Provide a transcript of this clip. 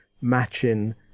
matching